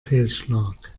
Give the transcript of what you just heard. fehlschlag